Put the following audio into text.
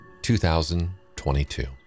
2022